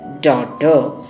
daughter